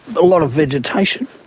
a lot of vegetation,